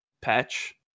patch